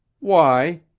why?